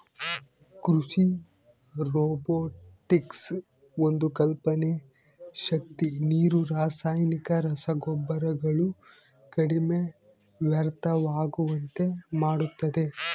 ಕೃಷಿ ರೊಬೊಟಿಕ್ಸ್ ಒಂದು ಕಲ್ಪನೆ ಶಕ್ತಿ ನೀರು ರಾಸಾಯನಿಕ ರಸಗೊಬ್ಬರಗಳು ಕಡಿಮೆ ವ್ಯರ್ಥವಾಗುವಂತೆ ಮಾಡುತ್ತದೆ